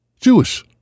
Jewish